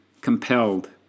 compelled